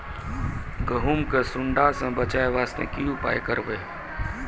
गहूम के सुंडा से बचाई वास्ते की उपाय करबै?